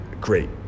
great